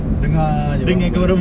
dengar jer berapa banyak